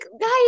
guys